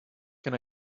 can